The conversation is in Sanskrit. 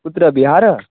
कुत्र बिहार